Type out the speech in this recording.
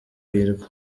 hirwa